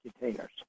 containers